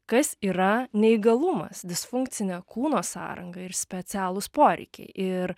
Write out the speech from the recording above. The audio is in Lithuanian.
kas yra neįgalumas disfunkcinė kūno sąranga ir specialūs poreikiai ir